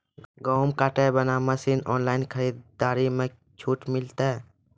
गेहूँ काटे बना मसीन ऑनलाइन खरीदारी मे छूट मिलता?